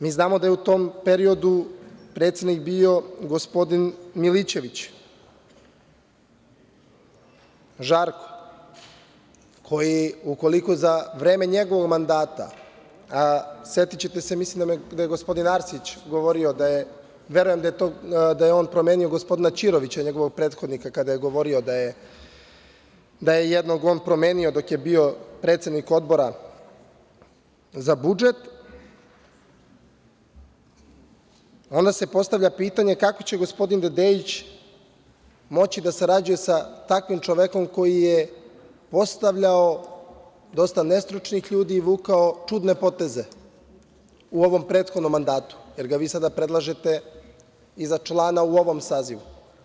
Mi znamo da je u tom periodu predsednik bio gospodin Milićević Žarko, koji, ukoliko za vreme njegovog mandata, a setićete se, mislim da je gospodin Arsić govorio, verujem da je on promenio gospodina Ćirovića njegovog prethodnika, kada je govorio da je jednog on promenio dok je bio predsednik Odbora za budžet, onda se postavlja pitanje kako će gospodin Dedeić moći da sarađuje sa takvim čovekom koji je postavljao dosta nestručnih ljudi i vukao čudne poteze u ovom prethodnom mandatu, jer ga vi sada predlažete za člana u ovom sazivu?